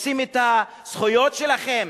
רוצים את הזכויות שלכם,